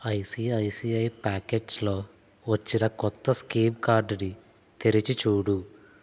ICICI ప్యాకెట్స్లో వచ్చిన కొత్త స్కీం కార్డుని తెరిచిచూడు